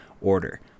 order